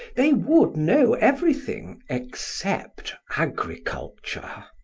they would know everything, except agriculture.